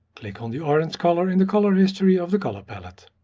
click on the orange color in the color history of the color palette.